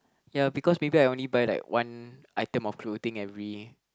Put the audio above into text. ya because maybe I only buy like one item of clothing every